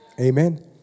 Amen